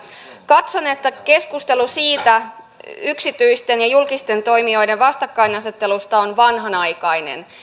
katson että keskustelu yksityisten ja julkisten toimijoiden vastakkainasettelusta on vanhanaikainen